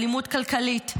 אלימות כלכלית,